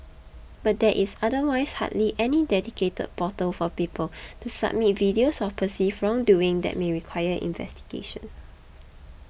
but there is otherwise hardly any dedicated portal for people to submit videos of perceived wrongdoing that may require investigation